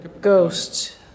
ghosts